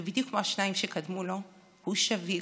ובדיוק כמו השניים שקדמו לו הוא שביר,